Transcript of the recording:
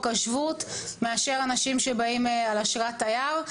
השבות מאשר אנשים שבאים על אשרת תייר.